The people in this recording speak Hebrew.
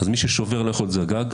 מי ששובר, לא יכול להיות זגג,